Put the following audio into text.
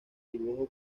dibujo